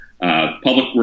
Public